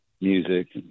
music